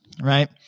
right